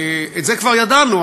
את זה כבר ידענו,